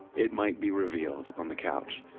it might be revealed on the couch.